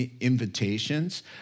invitations